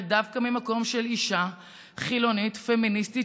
דווקא ממקום של אישה חילונית פמיניסטית,